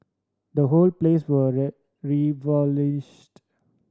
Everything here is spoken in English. the whole place were